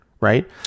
right